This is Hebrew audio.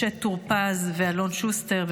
משה טור פז ואלון שוסטר,